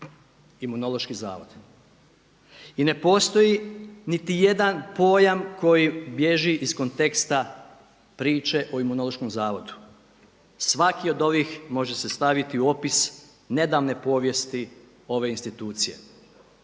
Imunološki zavod. I ne postoji niti jedan pojam koji bježi iz konteksta priče o Imunološkom zavodu, svaki od ovih može se staviti u opis nedavne povijesti ove institucije.